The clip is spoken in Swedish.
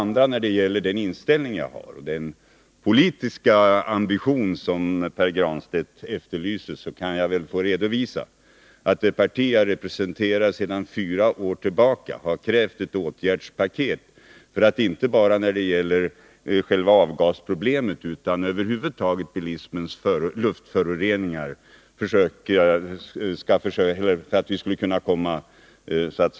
När det gäller den politiska ambition som Pär Granstedt efterlyser kan jag väl få redovisa, att sedan fyra år tillbaka har det parti som jag representerar krävt ett åtgärdspaket, inte bara rörande själva avgasproblemet utan för att komma till rätta med bilismens luftföroreningar över huvud taget.